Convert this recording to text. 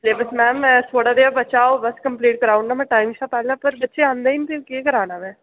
syllabus ma'am मैं थोह्ड़ा जेहा बचा होग बस कम्पलीट कराई ओड़ना में टाइम शा पैह्ले पर बच्चे आंदे नि ते केह् कराना मैं